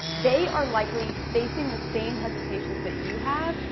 they are likely facing the same hesitations that you have.